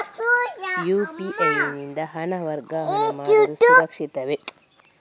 UPI ಯಿಂದ ಹಣ ವರ್ಗಾವಣೆ ಮಾಡುವುದು ಸುರಕ್ಷಿತವೇ?